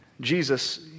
Jesus